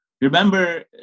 remember